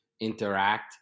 interact